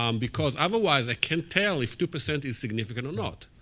um because otherwise, i can't tell if two percent is significant or not.